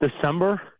December